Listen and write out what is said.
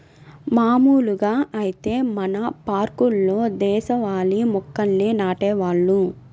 మాములుగా ఐతే మన పార్కుల్లో దేశవాళీ మొక్కల్నే నాటేవాళ్ళు